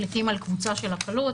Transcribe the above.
מחליטים על קבוצה של הקלות,